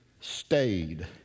Stayed